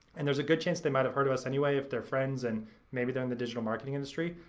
and there's a good chance they might have heard of us anyway if they're friends and maybe they're in the digital marketing industry.